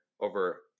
over